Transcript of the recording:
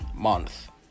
month